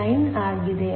39 ಆಗಿದೆ